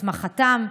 הסמכתם,